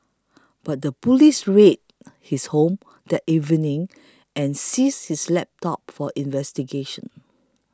but the police raided his home that evening and seized his desktop for investigation